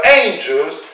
angels